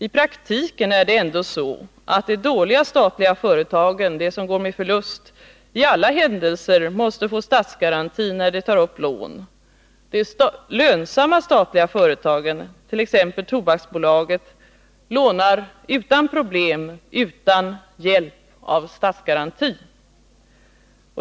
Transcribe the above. I praktiken är det ändå så att de dåliga statliga företagen — de som går med förlust — i alla händelser måste få statsgaranti när de tar upp lån. De lönsama statliga företagen, t.ex. Tobaksbolaget, lånar utan problem utan hjälp av statsgaranti.